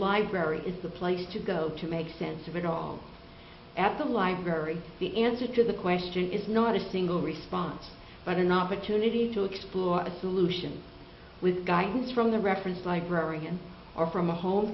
library is the place to go to make sense of it all at the library the answer to the question is not a single response but an opportunity to explore a solution with a guy who's from the reference librarian or from a home